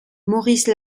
maurice